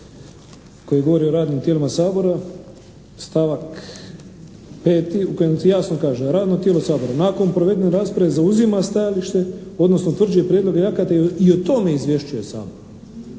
koji govori o radnim tijelima Sabora, stavak 5. u kojem se jasno kaže: Radno tijelo Sabora nakon provedene rasprave zauzima stajalište, odnosno utvrđuje prijedloge akata i o tome izvješću